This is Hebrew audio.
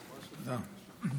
תודה.